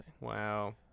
wow